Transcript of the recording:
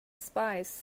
spies